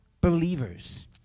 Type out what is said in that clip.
believers